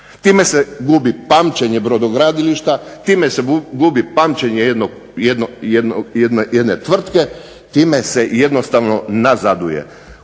Time se gubi pamćenje brodogradilišta, time se gubi pamćenje jedne tvrtke, time se jednostavno nazaduje.